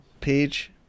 page